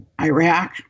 Iraq